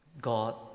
God